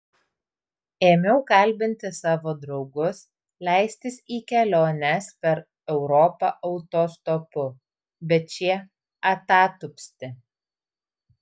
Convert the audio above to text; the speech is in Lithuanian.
ėmiau kalbinti savo draugus leistis į keliones per europą autostopu bet šie atatupsti